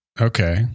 Okay